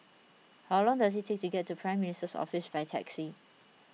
how long does it take to get to Prime Minister's Office by taxi